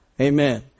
amen